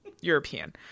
European